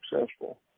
successful